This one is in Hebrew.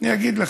אני אגיד לכם.